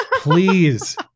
Please